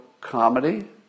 comedy